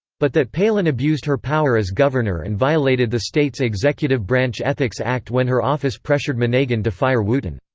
but that palin abused her power as governor and violated the state's executive branch ethics act when her office pressured monegan to fire wooten.